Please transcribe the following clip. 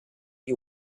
you